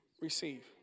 receive